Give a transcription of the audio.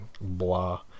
blah